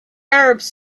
arabs